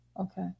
Okay